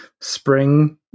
spring